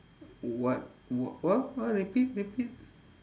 what w~ what what repeat repeat